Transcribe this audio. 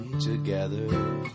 together